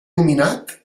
nominat